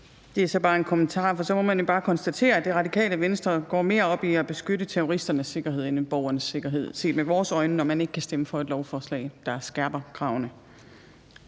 Det er jo så bare en kommentar, for så må man konstatere, at Det Radikale Venstre går mere op i at beskytte terroristernes sikkerhed end borgernes sikkerhed – set med vores øjne – når man ikke kan stemme for et lovforslag, der skærper kravene.